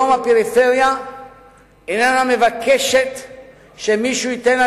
אני אומר לך שהיום הפריפריה איננה מבקשת שמישהו ייתן לה